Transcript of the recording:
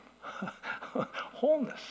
wholeness